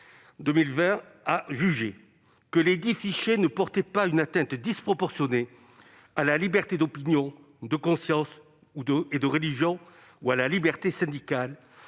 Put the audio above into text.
2020, que lesdits fichiers « ne portaient pas une atteinte disproportionnée à la liberté d'opinion, de conscience et de religion, ou à la liberté syndicale